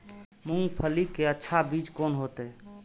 मूंगफली के अच्छा बीज कोन होते?